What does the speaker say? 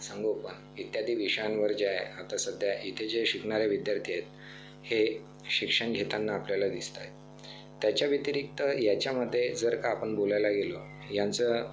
संगोपन इत्यादी विषयांवर जे आहे आता सध्या इथे जे शिकणारे विद्यार्थी आहेत हे शिक्षण घेताना आपल्याला दिसत आहेत त्याच्या व्यतिरिक्त ह्याच्यामधे जर का आपण बोलायला गेलो ह्यांचं